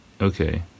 Okay